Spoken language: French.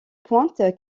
pointe